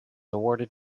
awarded